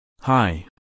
Hi